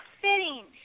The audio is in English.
fitting